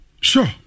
Sure